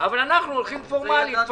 אבל אנחנו הולכים פורמלית,